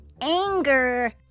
anger